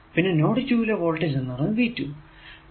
പിന്നെ നോഡ് 2 ലെ വോൾടേജ് എന്നത് V 2